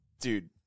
dude